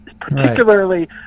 particularly